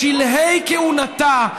בשלהי כהונתה,